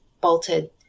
bolted